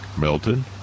Milton